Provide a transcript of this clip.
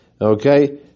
Okay